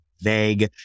vague